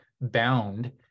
bound